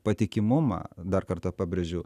patikimumą dar kartą pabrėžiu